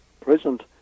present